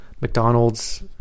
mcdonald's